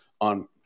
on